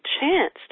chance